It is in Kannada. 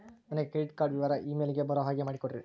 ನನಗೆ ಕ್ರೆಡಿಟ್ ಕಾರ್ಡ್ ವಿವರ ಇಮೇಲ್ ಗೆ ಬರೋ ಹಾಗೆ ಮಾಡಿಕೊಡ್ರಿ?